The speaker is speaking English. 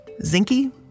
Zinky